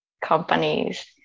companies